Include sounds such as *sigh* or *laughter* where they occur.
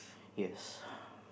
yes *breath*